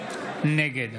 נגד